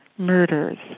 Murders